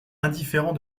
indifférent